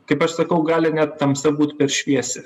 kaip aš sakau gali net tamsa būt per šviesi